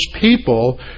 people